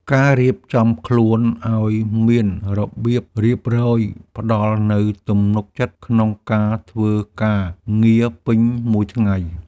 ការរៀបចំខ្លួនឱ្យមានរបៀបរៀបរយ ផ្តល់នូវទំនុកចិត្តក្នុងការធ្វើការងារពេញមួយថ្ងៃ។